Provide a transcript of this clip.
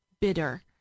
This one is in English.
bitter